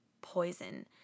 poison